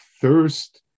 thirst